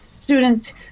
students